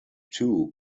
two